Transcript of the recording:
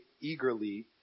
eagerly